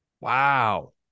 Wow